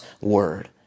word